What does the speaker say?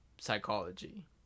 psychology